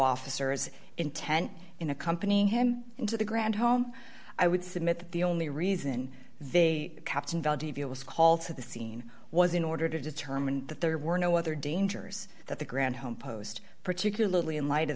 officers intent in a company him into the grand home i would submit that the only reason they kept invalid review was call to the scene was in order to determine that there were no other dangers that the grand home posed particularly in light of